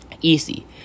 Easy